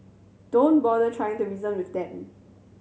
don't bother trying to reason with them